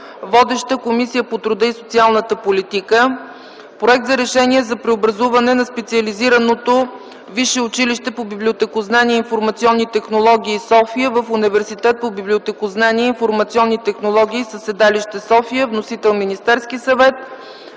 Водеща е Комисията по труда и социалната политика. - Проект за Решение за преобразуване на Специализираното висше училище по библиотекознание и информационни технологии – София, в Университет по библиотекознание и информационни технологии със седалище София. Вносител е Министерският съвет.